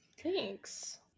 Thanks